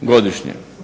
godišnje.